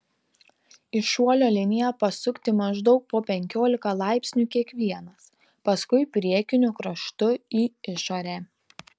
į šuolio liniją pasukti maždaug po penkiolika laipsnių kiekvienas pasukti priekiniu kraštu į išorę